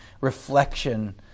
reflection